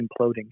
imploding